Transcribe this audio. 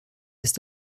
ist